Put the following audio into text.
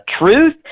truth